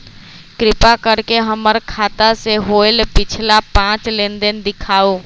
कृपा कर के हमर खाता से होयल पिछला पांच लेनदेन दिखाउ